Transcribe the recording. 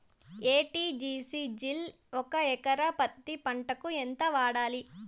ఎ.టి.జి.సి జిల్ ఒక ఎకరా పత్తి పంటకు ఎంత వాడాలి?